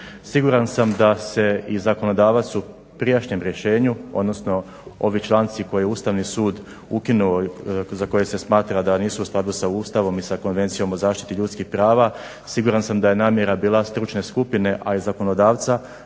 Siguran sam da se i zakonodavac u prijašnjem rješenju, odnosno ovi članci koje je Ustavni sud ukinuo za koje se smatra da nisu u skladu sa Ustavom i sa Konvencijom o zaštiti ljudskih prava siguran sam da je namjera bila stručne skupine, a i zakonodavca,